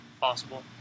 possible